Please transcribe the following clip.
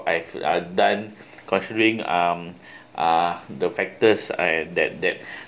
I've uh done considering um uh the factors I that that